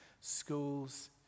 schools